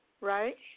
right